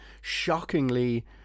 shockingly